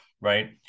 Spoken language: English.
right